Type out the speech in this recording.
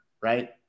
Right